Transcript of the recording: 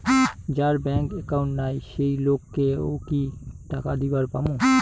যার bank account নাই সেই লোক কে ও কি টাকা দিবার পামু?